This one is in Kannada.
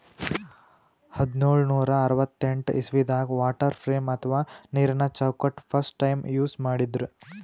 ಹದ್ದ್ನೋಳ್ ನೂರಾ ಅರವತ್ತೆಂಟ್ ಇಸವಿದಾಗ್ ವಾಟರ್ ಫ್ರೇಮ್ ಅಥವಾ ನೀರಿನ ಚೌಕಟ್ಟ್ ಫಸ್ಟ್ ಟೈಮ್ ಯೂಸ್ ಮಾಡಿದ್ರ್